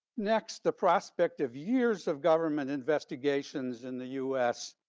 next, the prospect of years of government investigations in the us